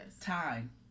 Time